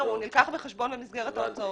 הם נלקחים בחשבון במסגרת ההוצאות.